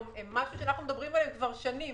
הם משהו שאנחנו מדברים עליו כבר שנים